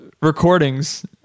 recordings